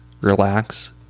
relax